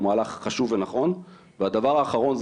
הוא מהלך חשוב ונכון והדבר האחרון,